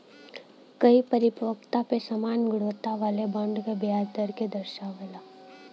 कई परिपक्वता पे समान गुणवत्ता वाले बॉन्ड क ब्याज दर के दर्शावला